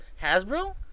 Hasbro